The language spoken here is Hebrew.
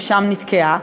ושם נתקעה.